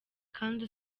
kandi